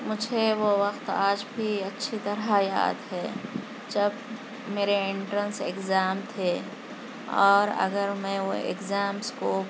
مجھے وہ وقت آج بھی اچھی طرح یاد ہے جب میرے انٹرنس اگزام تھے اور اگر میں وہ اگزامس کو